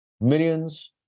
millions